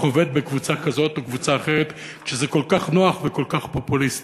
וחובט בקבוצה כזאת או קבוצה אחרת כשזה כל כך נוח וכל כך פופוליסטי.